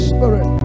Spirit